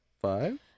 Five